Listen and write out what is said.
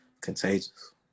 contagious